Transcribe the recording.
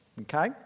okay